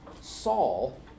Saul